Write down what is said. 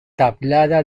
tablada